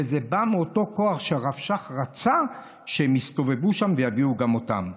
וזה בא מאותו כוח שהרב שך רצה שהם יסתובבו שם ויביאו גם אותם.